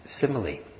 simile